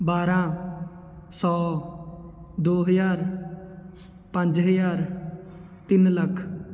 ਬਾਰ੍ਹਾਂ ਸੌ ਦੋ ਹਜ਼ਾਰ ਪੰਜ ਹਜ਼ਾਰ ਤਿੰਨ ਲੱਖ